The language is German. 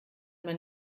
man